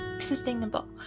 sustainable